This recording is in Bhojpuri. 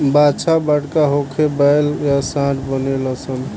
बाछा बड़का होके बैल या सांड बनेलसन